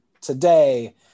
today